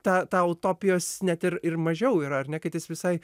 ta ta utopijos net ir ir mažiau yra ar ne kad jis visai